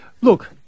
Look